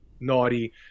naughty